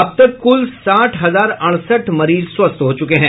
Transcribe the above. अब तक कूल साठ हजार अड़सठ मरीज स्वस्थ हो चुके हैं